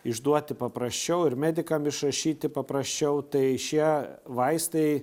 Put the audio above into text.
išduoti paprasčiau ir medikam išrašyti paprasčiau tai šie vaistai